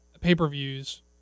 pay-per-views